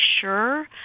sure